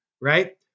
Right